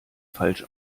falsch